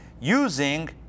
using